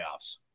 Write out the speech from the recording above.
playoffs